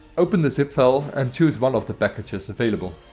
open the zip file and choose one of the packages available.